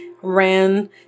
ran